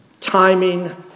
Timing